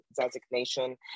designation